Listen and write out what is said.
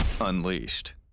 Unleashed